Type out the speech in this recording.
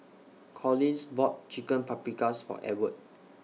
Collins bought Chicken Paprikas For Edward